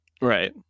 Right